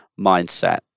mindset